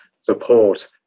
support